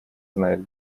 знает